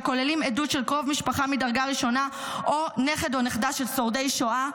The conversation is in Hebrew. שכוללים עדות של קרוב משפחה מדרגה ראשונה או נכד או נכדה של שורדי שואה,